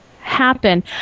happen